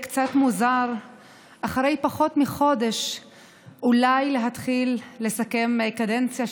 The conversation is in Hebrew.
קצת מוזר אחרי פחות מחודש אולי להתחיל לסכם קדנציה,